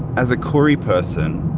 as a koori person,